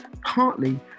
Partly